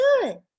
good